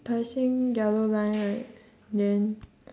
tai-seng yellow line right then